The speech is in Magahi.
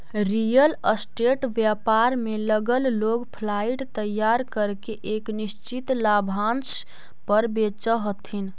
रियल स्टेट व्यापार में लगल लोग फ्लाइट तैयार करके एक निश्चित लाभांश पर बेचऽ हथी